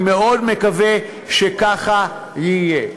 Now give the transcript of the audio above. אני מאוד מקווה שככה יהיה.